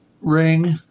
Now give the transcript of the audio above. ring